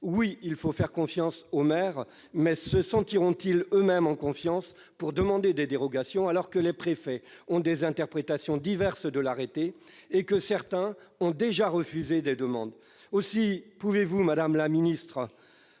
Oui, il faut faire confiance aux maires ! Mais se sentiront-ils en confiance pour demander des dérogations, alors que les préfets ont des interprétations diverses de l'arrêté et que certains ont déjà refusé des demandes ?